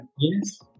yes